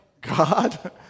God